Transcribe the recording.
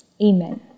Amen